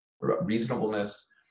reasonableness